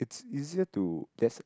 it's easier to